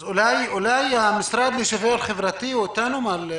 אז אולי המשרד לשוויון חברתי יענה?